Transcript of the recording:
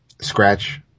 scratch